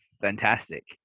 fantastic